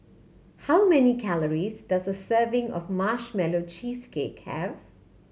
how many calories does a serving of Marshmallow Cheesecake have